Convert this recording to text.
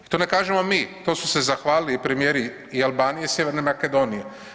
I to ne kažemo mi, to su se zahvalili i premijer Albanije i Sjeverne Makedonije.